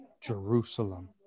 Jerusalem